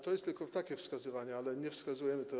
To jest tylko takie wskazywanie, ale nie wskazujemy miejsca.